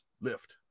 lift